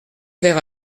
clair